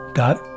dot